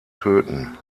töten